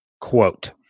quote